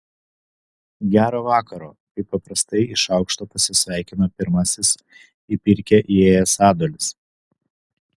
gero vakaro kaip paprastai iš aukšto pasisveikino pirmasis į pirkią įėjęs adolis